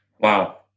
Wow